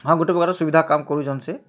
ହଁ ଗୁଟେ ପ୍ରକାର ସୁବିଧା କାମ୍ କରୁସନ୍ ସେ